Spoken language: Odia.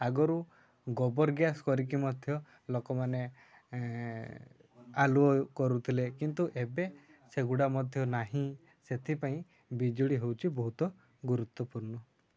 ଆଗରୁ ଗୋବର ଗ୍ୟାସ୍ କରିକି ମଧ୍ୟ ଲୋକମାନେ ଆଲୁଅ କରୁଥିଲେ କିନ୍ତୁ ଏବେ ସେଗୁଡ଼ା ମଧ୍ୟ ନାହିଁ ସେଥିପାଇଁ ବିଜୁଳି ହେଉଛି ବହୁତ ଗୁରୁତ୍ୱପୂର୍ଣ୍ଣ